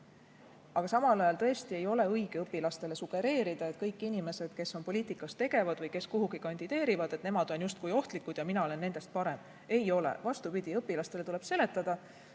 Aga samal ajal tõesti ei ole õige õpilastele sugereerida, et kõik inimesed, kes on poliitikas tegevad või kes kuhugi kandideerivad, on justkui ohtlikud ja mina olen nendest parem. Ei ole. Vastupidi, õpilastele tuleb seletada,